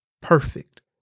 perfect